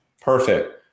Perfect